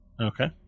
Okay